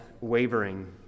wavering